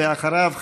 ואחריו,